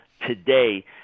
today